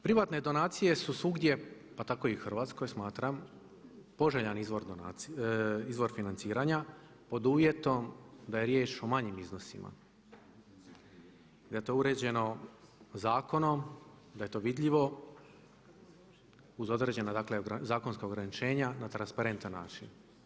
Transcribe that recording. Privatne donacije su svugdje, pa tako i u Hrvatskoj smatram, poželjan izvor financiranja pod uvjetom da je riječ o manjim iznosima i da je to uređeno zakonom, da je to vidljivo uz određena dakle zakonska ograničenja na transparentan način.